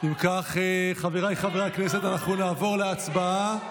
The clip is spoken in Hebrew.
אם כך, חבריי חברי הכנסת, אנחנו נעבור להצבעה.